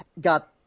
got